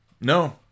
no